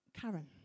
Karen